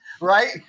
right